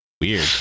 Weird